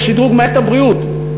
דרך שדרוג מערכת הבריאות,